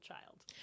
child